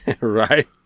right